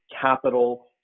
capital